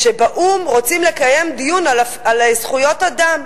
באו"ם רוצים לקיים דיון על זכויות אדם.